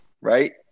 right